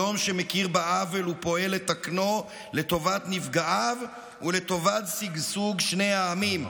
שלום שמכיר בעוול ופועל לתקנו לטובת נפגעיו ולטובת שגשוג שני העמים.